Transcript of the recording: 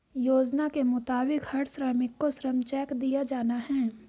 योजना के मुताबिक हर श्रमिक को श्रम चेक दिया जाना हैं